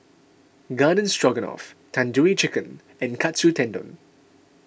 Garden Stroganoff Tandoori Chicken and Katsu Tendon